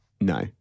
no